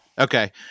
Okay